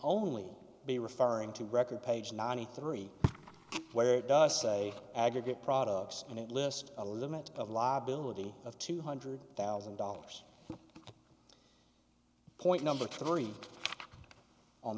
only be referring to record page ninety three where it does say aggregate products and it lists a limit of liability of two hundred thousand dollars point number three on